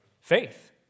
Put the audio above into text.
faith